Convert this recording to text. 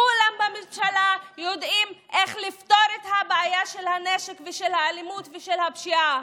כולם בממשלה יודעים איך לפתור את הבעיה של הנשק ושל האלימות ושל הפשיעה,